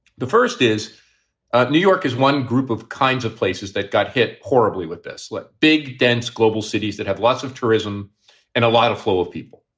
the first is new york is one group of kinds of places that got hit horribly with this like big, dense global cities that have lots of tourism and a lot of flow of people.